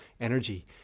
energy